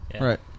Right